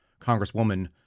congresswoman